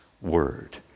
word